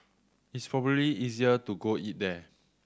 it's probably easier to go eat there